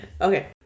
Okay